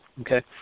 Okay